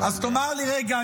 אבל --- אז תאמר לי רגע,